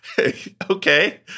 Okay